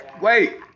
Wait